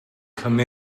come